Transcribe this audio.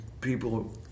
people